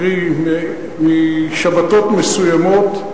קרי בשבתות מסוימות,